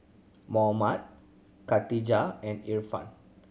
Muhammad Khatijah and Irfan